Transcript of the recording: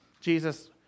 Jesus